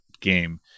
game